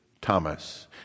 Thomas